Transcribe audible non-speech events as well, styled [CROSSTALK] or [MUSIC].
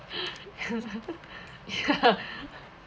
[LAUGHS] [BREATH] ya [BREATH]